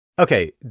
Okay